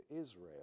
Israel